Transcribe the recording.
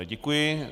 Děkuji.